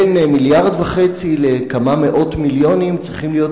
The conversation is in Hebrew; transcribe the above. בין 1.5 מיליארד לכמה מאות מיליונים צריכים להיות